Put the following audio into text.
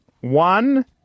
one